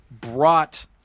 brought